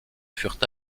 furent